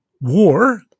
war